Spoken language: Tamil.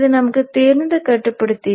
இது நமக்குத் தெரிந்த கட்டுப்படுத்தி